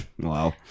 Wow